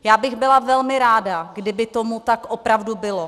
Já bych byla velmi ráda, kdyby tomu tak opravdu bylo.